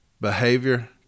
behavior